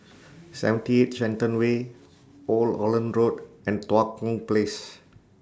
seventy eight Shenton Way Old Holland Road and Tua Kong Place